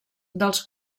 dels